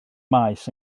maes